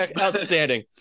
Outstanding